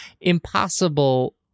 impossible